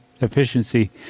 efficiency